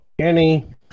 Kenny